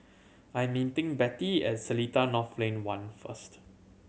I am meeting Bette at Seletar North Lane One first